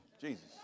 Jesus